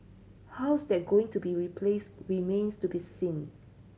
how's that going to be replaced remains to be seen